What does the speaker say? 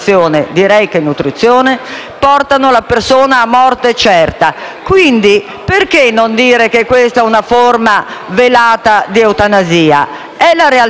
Quindi, perché non dire che questa è una forma velata di eutanasia? È la realtà. Si abbia il coraggio di dire che, quando una persona rifiuta le cure,